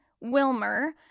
Wilmer